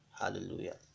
Hallelujah